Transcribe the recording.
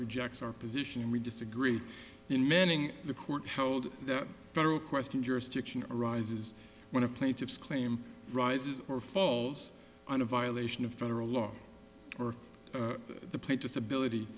rejects our position and we disagree in manning the court held that federal question jurisdiction arises when a plaintiff's claim rises or falls on a violation of federal law or the point disability